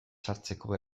sartzeko